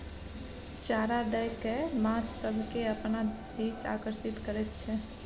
चारा दए कय माछ सभकेँ अपना दिस आकर्षित करैत छै